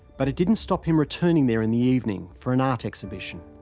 but it didn't stop him returning there in the evening for an art exhibition.